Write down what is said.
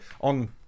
on